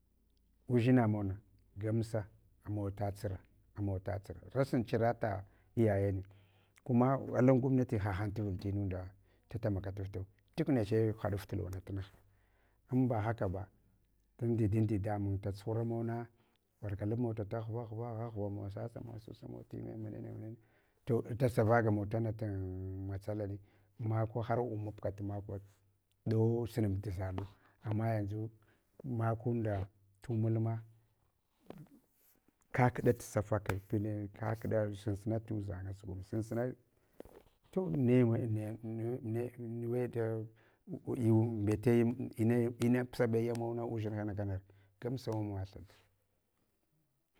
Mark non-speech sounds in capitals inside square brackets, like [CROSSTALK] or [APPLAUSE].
Uʒimamawana gamsa amawa ta tsura, ama wa ta tsura, rashin tsurata iyayene, kuma alan gwamnati hahan tavul tinunda ta takamaktastu chuk neche haɗa tufluwa na tumughka. Inbahakaba, tun dadin dada mun tatsuhura mauna, waka lab mawa da ta ghra agha ghramawa susamau time mene ne mene ne gulen to sadʒavamawa tana matsalane makwa, har umabkat makwa, ɗo sunab tu zalu. Ama yanʒu makonda tumulma kaɗaf safakin pine kakɗa sunsuna tuʒanga zugun. [UNINTELLIGIBLE] To ne naya [UNINTELLIGIBLE] ina pusa bana yamawana uʒinhana kanare gamsa amawa thada.